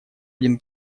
один